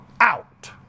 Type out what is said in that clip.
out